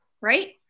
right